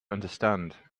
understand